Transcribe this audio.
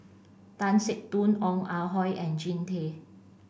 Tan Teck Soon Ong Ah Hoi and Jean Tay